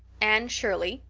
anne shirley,